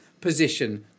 position